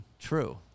True